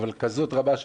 אבל כזאת רמה,